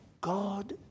God